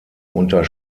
unter